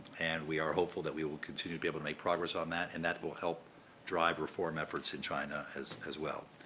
and we are hopeful that we will continue to be able to make progress on that, and that will help drive reform efforts in china as well.